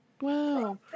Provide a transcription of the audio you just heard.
Wow